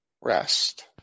rest